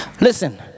Listen